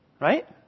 Right